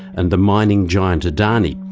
and the mining giant adani,